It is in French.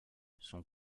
sont